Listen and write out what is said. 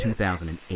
2008